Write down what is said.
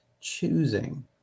choosing